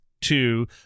two